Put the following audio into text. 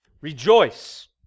Rejoice